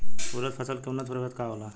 उरद फसल के उन्नत प्रभेद का होला?